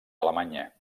alemanya